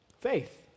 Faith